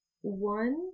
one